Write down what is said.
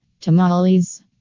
Tamales